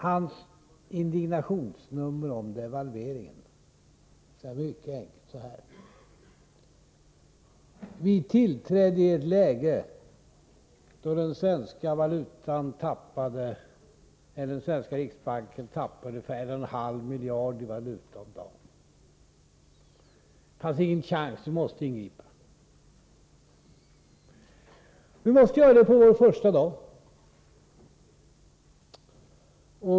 Till indignationsnumret om devalveringen vill jag mycket enkelt säga så här: Vi tillträdde i ett läge då den svenska riksbanken tappade för 1,5 miljarder i valuta om dagen. Det fanns ingen chans — vi måste ingripa, och vi måste göra det på vår första dag.